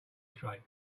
straight